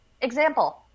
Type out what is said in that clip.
example